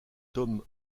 tom